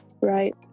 right